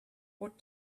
what